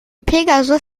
pegasus